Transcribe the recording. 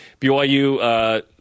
BYU